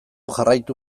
jarraitu